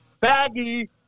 Baggy